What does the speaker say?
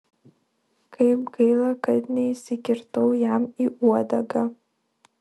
kaip gaila kad neįsikirtau jam į uodegą